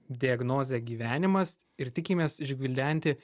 diagnozę gyvenimas ir tikimės išgvildenti